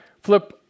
Flip